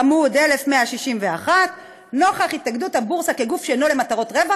עמ' 1161: נוכח התאגדות הבורסה כגוף שאינו למטרות רווח,